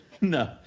no